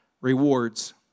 rewards